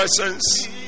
presence